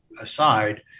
aside